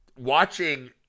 watching